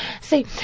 see